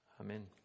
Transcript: amen